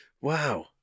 Wow